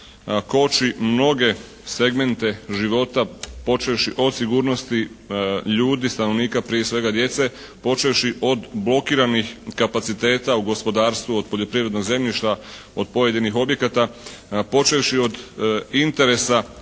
koči mnoge segmente života počevši od sigurnosti ljudi, stanovnika, prije svega djece počevši od blokiranih kapaciteta u gospodarstvu od poljoprivrednog zemljišta, od pojedinih objekata, počevši od interesa